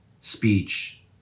speech